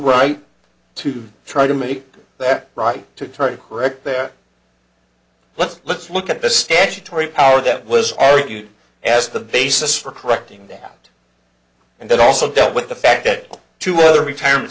right to try to make that right to try to correct their let's let's look at the statutory power that was argued as the basis for correcting that and that also dealt with the fact that two other retirement